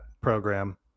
program